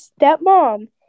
stepmom